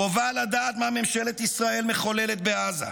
חובה לדעת מה ממשלת ישראל מחוללת בעזה,